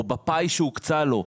או בפאי שהוקצה לו,